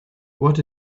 what